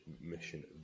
mission